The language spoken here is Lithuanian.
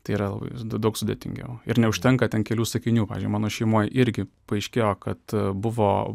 tai yra daug sudėtingiau ir neužtenka tam kelių sakinių pavyzdžiui mano šeimoj irgi paaiškėjo kad buvo